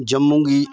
जम्मू गी